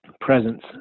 presence